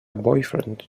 boyfriend